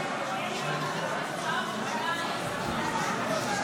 להלן תוצאות ההצבעה: 59 בעד, 57